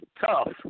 Tough